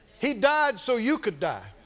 he died so you could die?